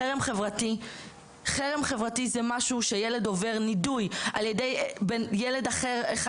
חרם חברתי זה משהו שילד עובר נידוי על-ידי ילד אחר אחד,